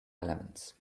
elements